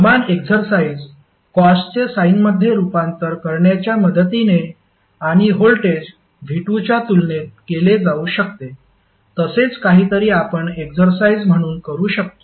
समान एक्झरसाईझ कॉसचे साइनमध्ये रुपांतर करण्याच्या मदतीने आणि व्होल्टेज V2 च्या तुलनेत केले जाऊ शकते असेच काहीतरी आपण एक्झरसाईझ म्हणून करू शकतो